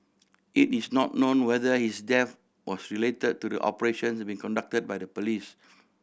it is not known whether his death was related to the operations be conducted by the police